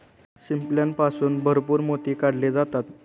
शिंपल्यापासून भरपूर मोती काढले जातात